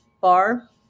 bar